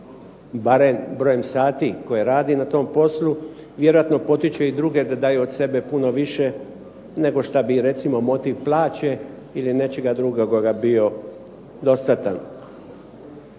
barem brojem sati koje radi na tom poslu, vjerojatno potiče i druge da daju od sebe puno više nego šta bi recimo motiv plaće ili nečega drugoga bio dostatan.